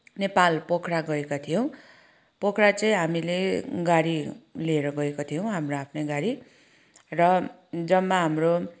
नेपाल पोखरा गएका थियौँ पोखरा चाहिँ हामीले गाडी लिएर गएका थियौँ हाम्रो आफ्नै गाडी र जम्मा हाम्रो